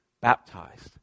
baptized